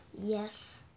Yes